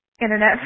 internet